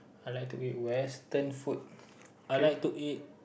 I like to eat western food I like to eat